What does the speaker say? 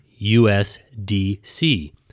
USDC